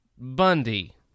Bundy